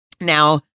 now